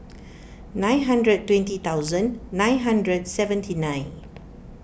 nine hundred twenty thousand nine hundred seventy nine